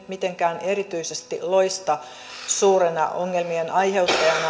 mitenkään erityisesti loista suurena ongelmien aiheuttajana